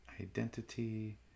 identity